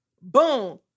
boom